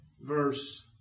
verse